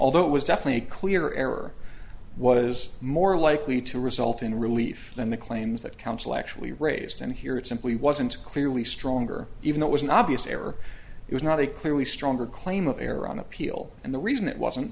although it was definitely clear error what is more likely to result in relief than the claims that counsel actually raised them here it simply wasn't clearly stronger even though it was an obvious error it was not a clearly stronger claim of error on appeal and the reason it wasn't